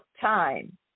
time